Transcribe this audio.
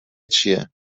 چیه